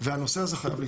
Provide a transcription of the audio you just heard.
והנושא הזה חייב להשתנות.